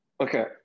Okay